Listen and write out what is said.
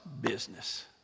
business